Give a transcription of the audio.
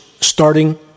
starting